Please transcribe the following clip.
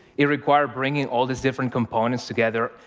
it required bringing all these different components together,